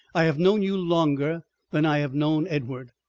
i have known you longer than i have known edward.